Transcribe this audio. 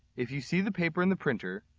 if you see the paper in the printer,